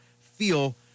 feel